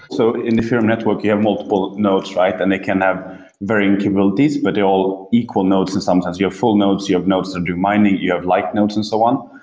so in ethereum network, you have multiple nodes, right? then they can have varying capabilities, but they're all equal nodes and sometimes you have full nodes, you have nodes that do mining, you have light nodes and so on.